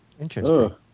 Interesting